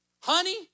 honey